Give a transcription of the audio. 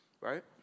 right